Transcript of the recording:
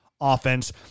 Offense